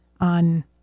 on